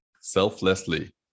selflessly